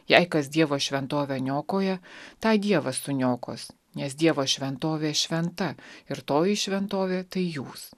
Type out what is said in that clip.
jei kas dievo šventovę niokoja tą dievas suniokos nes dievo šventovė šventa ir toji šventovė tai jūs